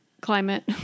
climate